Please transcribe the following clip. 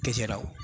गेजेराव